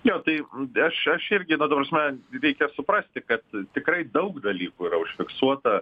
jo tai aš aš irgi nu ta prasme reikia suprasti kad tikrai daug dalykų yra užfiksuota